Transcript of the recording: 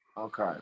okay